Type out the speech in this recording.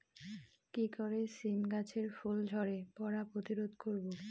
কি করে সীম গাছের ফুল ঝরে পড়া প্রতিরোধ করব?